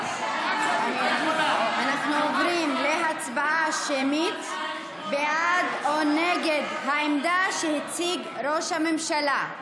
אנחנו עוברים להצבעה שמית בעד או נגד העמדה שהציג ראש הממשלה.